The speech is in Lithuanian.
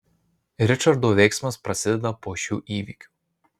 ričardo veiksmas prasideda po šių įvykių